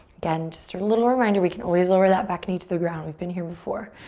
again, just a little reminder, we can always lower that back and to the ground. we've been here before.